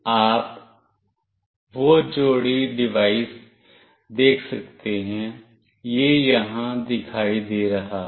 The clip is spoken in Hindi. आप वह जोड़ी डिवाइस देख सकते हैं यह यहां दिखाई दे रहा है